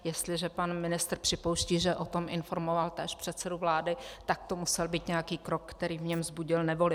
Jestliže pan ministr připouští, že o tom informoval též předsedu vlády, tak to musel být nějaký krok, který v něm vzbudil nevoli.